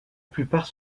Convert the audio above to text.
plupart